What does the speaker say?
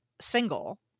single